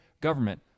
government